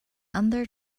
under